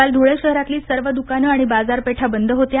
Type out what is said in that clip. काल धुळे शहरातली सर्व द्कानं आणि बाजारपेठा बंद होत्या